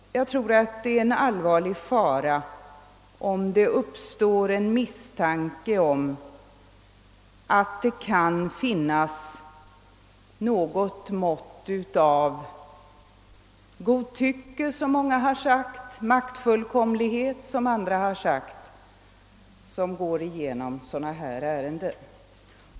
Jag tror att det är allvarligt, om det uppstår en misstanke om att det kan finnas något mått av godtycke, som många har sagt, eller maktfullkomlighet, som andra har sagt, vid avgörandet av sådana här ärenden.